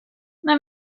let